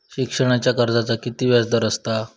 शिक्षणाच्या कर्जाचा किती व्याजदर असात?